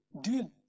dude